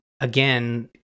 again